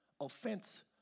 offense